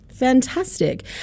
fantastic